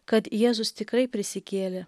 kad jėzus tikrai prisikėlė